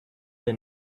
the